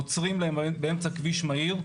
עוצרים להם באמצע כביש מהיר,